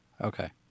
Okay